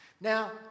Now